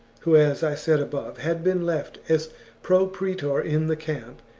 who, as i said above, had been left as pro praetor in the camp,